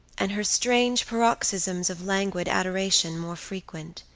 and her strange paroxysms of languid adoration more frequent.